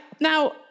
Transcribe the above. Now